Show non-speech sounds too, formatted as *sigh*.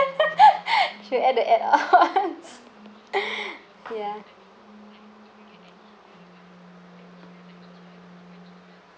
*laughs* she will add the add-ons *laughs* ya